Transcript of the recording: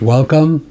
Welcome